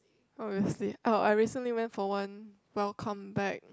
obviously oh I recently went for one welcome back